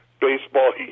baseball